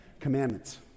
commandments